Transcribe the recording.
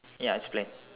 ya it's playing